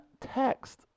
text